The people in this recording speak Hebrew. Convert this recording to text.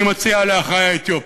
אני מציע לאחי האתיופים,